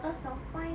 cause northpoint